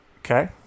Okay